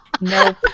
no